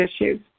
issues